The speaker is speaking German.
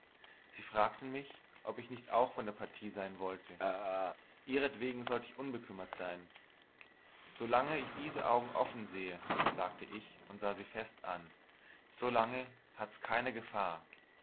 sie fragte mich ob ich nicht auch von der partie sein wollte ihretwegen sollt ich unbekümmert sein so lange ich diese augen offen sehe sagte ich und sah sie fest an so lange hat's keine gefahr